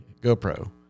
GoPro